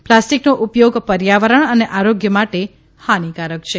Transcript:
પ્લાસ્ટીકનો ઉ યોગ ર્યાવરણ અને આરોગ્ય માટે હાનીકારક છે